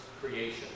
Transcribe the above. creation